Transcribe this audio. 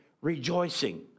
rejoicing